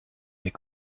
mes